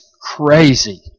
crazy